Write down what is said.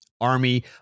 Army